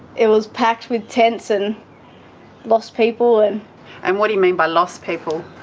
it was packed with tents and lost people. and and what do you mean by lost people?